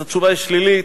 אז התשובה היא שלילית,